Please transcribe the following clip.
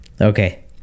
Okay